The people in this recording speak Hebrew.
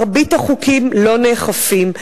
מרבית החוקים לא נאכפים,